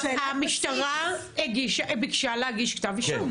המשטרה ביקשה להגיש כתב אישום.